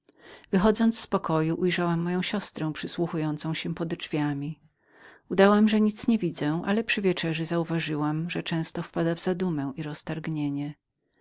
wychodząc z pokoju ujrzałam moją siostrę przysłuchującą się podedrzwiami udałam że nic nie widzę ale przy wieczerzy uważałam że często zadumywała się i wpadała w roztargnienie